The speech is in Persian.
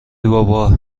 بابا